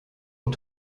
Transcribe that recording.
und